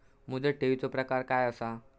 मुदत ठेवीचो प्रकार काय असा?